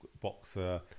boxer